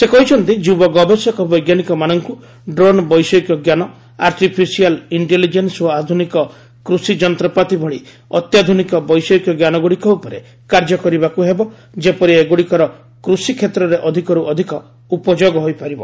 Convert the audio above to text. ସେ କହିଛନ୍ତି ଯୁବ ଗବେଷକ ବୈଜ୍ଞାନିକମାନଙ୍କୁ ଡ୍ରୋନ୍ ବୈଷୟିକଜ୍ଞାନ ଆର୍ଟିଫିସିଆଲ୍ ଇଷ୍ଟେଲିଜେନ୍ନ ଓ ଆଧୁନିକ କୃଷି ଯନ୍ତ୍ରପାତି ଭଳି ଅତ୍ୟାଧୁନିକ ବୈଷୟିକଜ୍ଞାନଗୁଡ଼ିକ ଉପରେ କାର୍ଯ୍ୟ କରିବାକୁ ହେବ ଯେପରି ଏଗୁଡ଼ିକର କୃଷି କ୍ଷେତ୍ରରେ ଅଧିକରୁ ଅଧିକ ଉପଯୋଗ ହୋଇପାରିବ